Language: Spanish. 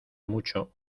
mucho